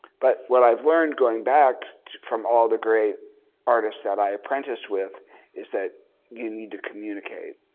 but what i've learned going back from all the great artists that i apprenticed with is that you need to communicate.